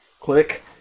Click